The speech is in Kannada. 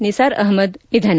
ನಿಸಾರ್ ಅಹಮದ್ ನಿಧನ